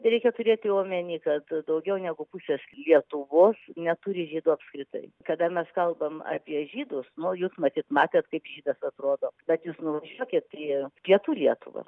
reikia turėti omeny kad daugiau negu pusės lietuvos neturi žydų apskritai kada mes kalbam apie žydus nu o jūs matyt matėt kaip žydas atrodo bet jūs nuvažiuokit į pietų lietuvą